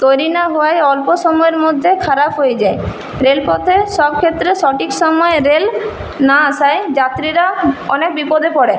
তৈরি না হওয়ায় অল্প সময়ের মধ্যে খারাপ হয়ে যায় রেলপথে সব ক্ষেত্রে সঠিক সময়ে রেল না আসায় যাত্রীরা অনেক বিপদে পড়ে